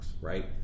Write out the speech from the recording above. right